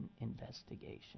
investigation